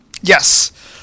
Yes